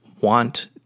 want